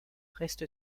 reste